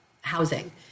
housing